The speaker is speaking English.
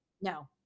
no